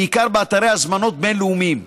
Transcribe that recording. בעיקר באתרי הזמנות בין-לאומיים.